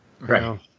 Right